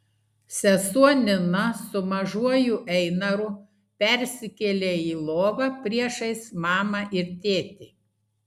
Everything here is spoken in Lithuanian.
sesuo nina su mažuoju einaru persikėlė į lovą priešais mamą ir tėtį